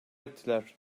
ettiler